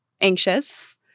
anxious